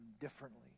differently